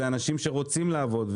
זה אנשים שרוצים לעבוד,